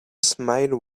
smile